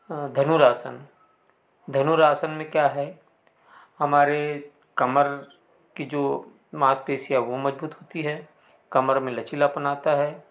धनुरासन धनुरासन में क्या है हमारे कमर की जो मांसपेशियाँ वह मज़बूत होती हैं कमर में लचीलापन आता है